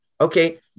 okay